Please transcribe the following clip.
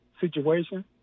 situation